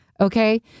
Okay